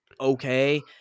okay